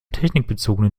technikbezogene